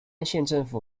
县政府